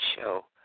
show